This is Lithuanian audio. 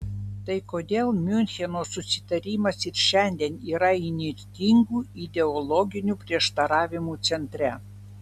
tai kodėl miuncheno susitarimas ir šiandien yra įnirtingų ideologinių prieštaravimų centre